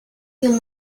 you